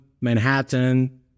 Manhattan